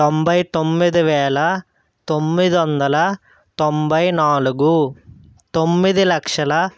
తొంభై తొమ్మిది వేల తొమ్మిది వందల తొంభై నాలుగు తొమ్మిది లక్షల